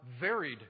varied